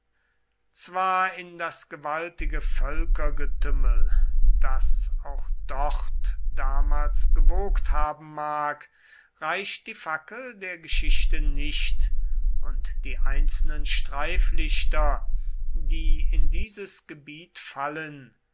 zwar in das gewaltige völkergetümmel das auch dort damals gewogt haben mag reicht die fackel der geschichte nicht und die einzelnen streiflichter die in dieses gebiet fallen